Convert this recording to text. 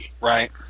Right